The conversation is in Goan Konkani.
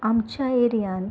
आमच्या एरियान